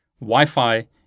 Wi-Fi